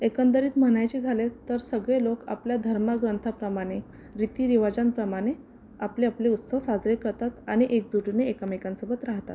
एकंदरीत म्हणायचे झाले तर सगळे लोक आपल्या धर्मग्रंथाप्रमाणे रीतीरिवाजांप्रमाणे आपले आपले उत्सव साजरे करतात आणि एकजुटीने एकामेकांसोबत राहतात